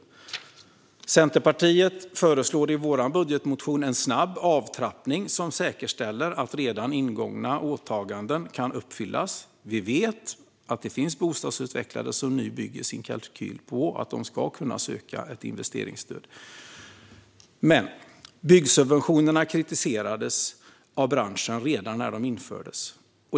Vi i Centerpartiet föreslår i vår budgetmotion en snabb avtrappning som säkerställer att redan ingångna åtaganden kan uppfyllas. Vi vet att det finns bostadsutvecklare som bygger sina kalkyler på att de ska kunna söka investeringsstöd. Men byggsubventionerna kritiserades av branschen redan när de infördes.